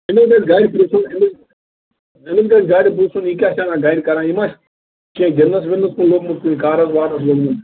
أمِس گژھٕ گرِ پرٕٛژھُن أمِس گژھِ گرِ پرٕٛژھُن یہِ کیٛاہ چھُ آسان گرٕ کَران یہِ ما چھُ کیٚنٛہہ گِنٛدنس وِنٛدس کُن لوٚگمُت کُنہِ کارس وارس لوٚگمُت